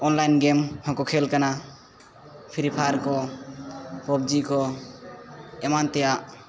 online game ᱦᱚᱠᱚ ᱠᱷᱮᱞ ᱠᱟᱱᱟ ᱯᱷᱤᱨᱤ ᱯᱷᱟᱭᱟᱨ ᱠᱚ ᱯᱚᱵᱽᱡᱤᱠᱚ ᱮᱢᱟᱱ ᱛᱮᱭᱟᱜ